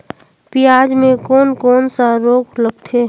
पियाज मे कोन कोन सा रोग लगथे?